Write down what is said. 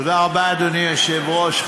תודה רבה, אדוני היושב-ראש.